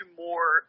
more –